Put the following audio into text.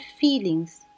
feelings